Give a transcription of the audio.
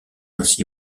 ainsi